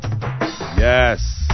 Yes